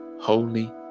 holy